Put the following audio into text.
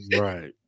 Right